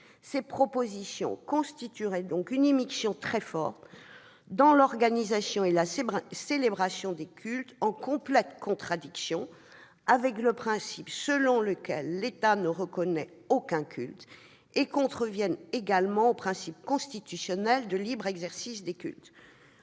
ces propositions constituerait une immixtion très forte dans l'organisation et la célébration des cultes, en complète contradiction avec le principe selon lequel l'État ne reconnaît aucun culte, et contreviendrait au principe constitutionnel de libre exercice des cultes.